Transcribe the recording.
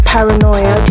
Paranoia